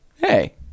Hey